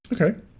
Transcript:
okay